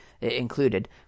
included